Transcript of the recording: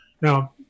Now